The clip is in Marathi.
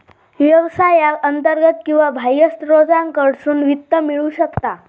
व्यवसायाक अंतर्गत किंवा बाह्य स्त्रोतांकडसून वित्त मिळू शकता